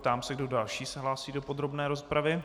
Ptám se, kdo další se hlásí do podrobné rozpravy.